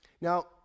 Now